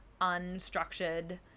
unstructured